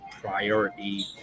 priority